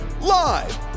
Live